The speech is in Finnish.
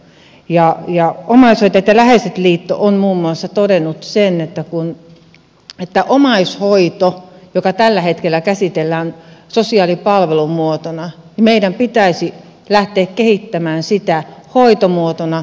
omaishoitajat ja läheiset liitto on todennut muun muassa sen että omaishoitoa jota tällä hetkellä käsitellään sosiaalipalvelumuotona meidän pitäisi lähteä kehittämään hoitomuotona